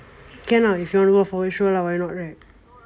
can lah if you want to go forward sure lah why not right